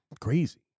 crazy